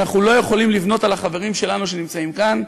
אנחנו לא יכולים לבנות על החברים שלנו שנמצאים כאן.